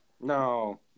No